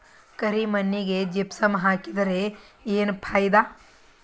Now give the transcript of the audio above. ಕರಿ ಮಣ್ಣಿಗೆ ಜಿಪ್ಸಮ್ ಹಾಕಿದರೆ ಏನ್ ಫಾಯಿದಾ?